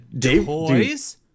toys